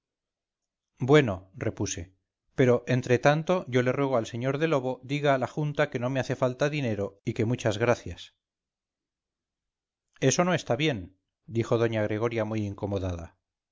bueno repuse pero entretanto yo le ruego al sr de lobo diga a la junta que no me hace falta dinero y que muchas gracias eso no está bien dijo doña gregoria muy incomodada